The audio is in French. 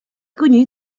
connu